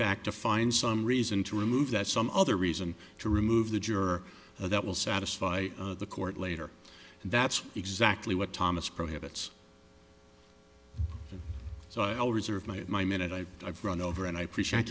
back to find some reason to remove that some other reason to remove the juror that will satisfy the court later and that's exactly what thomas prohibits so i'll reserve my my minute i have run over and i appreciate